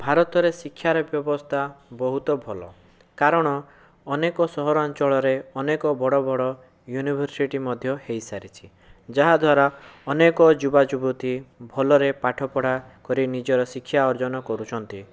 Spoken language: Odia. ଭାରତରେ ଶିକ୍ଷାରେ ବ୍ୟବସ୍ଥା ବହୁତ ଭଲ କାରଣ ଅନେକ ସହରାଞ୍ଚଳରେ ଅନେକ ବଡ଼ ବଡ଼ ୟୁନିଭର୍ସିଟି ମଧ୍ୟ ହୋଇସାରିଛି ଯାହାଦ୍ୱାରା ଅନେକ ଯୁବା ଯୁବତୀ ଭଲରେ ପାଠ ପଢ଼ା କରି ନିଜର ଶିକ୍ଷା ଅର୍ଜନ କରୁଛନ୍ତି